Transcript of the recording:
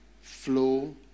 flow